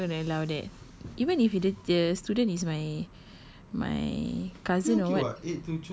obviously they are not gonna allow that even if the the student is my my cousin or what